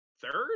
third